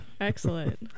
Excellent